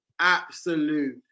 Absolute